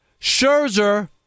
Scherzer